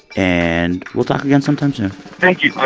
and we'll talk again sometime soon thank you. i